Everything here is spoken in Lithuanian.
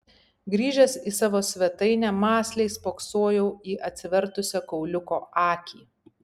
grįžęs į savo svetainę mąsliai spoksojau į atsivertusią kauliuko akį